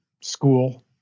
school